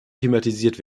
thematisiert